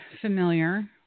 familiar